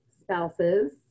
spouses